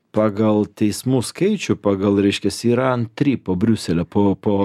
pagal teismų skaičių pagal reiškias yra antri po briuselio po po